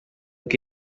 bwe